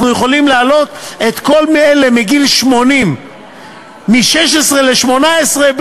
יכולים להעלות את כל אלה שמגיל 80 מ-16 ל-18,